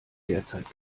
derzeit